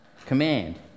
Command